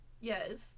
Yes